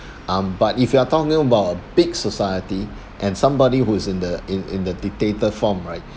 um but if you are talking about big society and somebody who is in the in in the dictator form right